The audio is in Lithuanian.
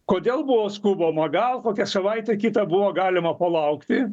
kodėl buvo skubama gal kokią savaitę kitą buvo galima palaukti